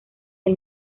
del